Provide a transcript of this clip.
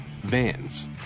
vans